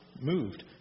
moved